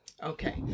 Okay